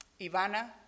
Ivana